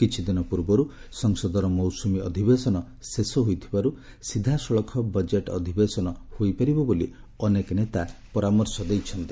କିଛିଦିନ ପୂର୍ବର୍ ସଂସଦର ମୌସୁମୀ ଅଧିବେଶନ ଶେଷ ହୋଇଥିବାରୁ ସିଧାସଳଖ ବଜେଟ୍ ଅଧିବେଶନ ହୋଇପାରିବ ବୋଲି ଅନେକ ନେତା ପରାମର୍ଶ ଦେଇଛନ୍ତି